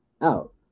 out